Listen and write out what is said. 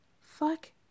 fuck